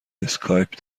اسکایپ